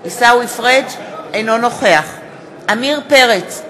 אינו נוכח עמיר פרץ,